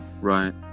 right